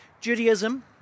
Judaism